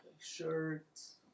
shirts